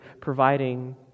providing